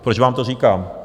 Proč vám to říkám?